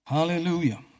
Hallelujah